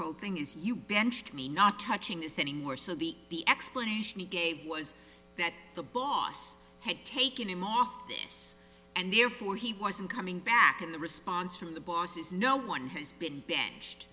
whole thing is you benched me not touching this anymore so the the explanation he gave was that the boss had taken him off this and therefore he wasn't coming back and the response from the boss is no one has been b